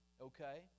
okay